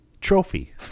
trophy